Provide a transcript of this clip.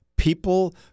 People